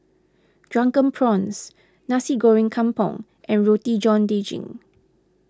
Drunken Prawns Nasi Goreng Kampung and Roti John Daging